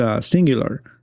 singular